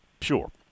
Sure